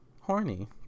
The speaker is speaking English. horny